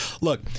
Look